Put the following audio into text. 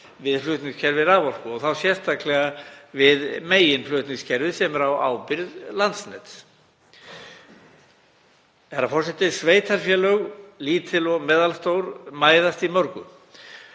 við flutningskerfi raforku og þá sérstaklega við meginflutningskerfið sem er á ábyrgð Landsnets. Herra forseti. Sveitarfélög, lítil og meðalstór, mæðast í mörgu